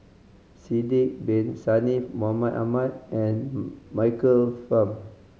Sidek Bin Saniff Mahmud Ahmad and Michael Fam